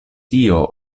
tio